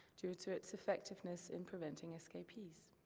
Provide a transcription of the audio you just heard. due to its effectiveness in preventing escapees.